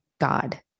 God